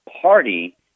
Party